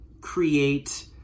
create